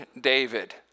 David